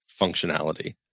functionality